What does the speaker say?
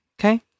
Okay